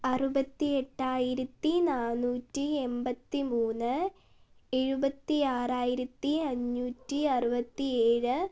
അറുപത്തി എട്ടായിരത്തി നാന്നൂറ്റി എമ്പത്തി മൂന്ന് എഴുപത്തി ആറായിരത്തി അഞ്ഞൂറ്റി അറുപത്തി ഏഴ്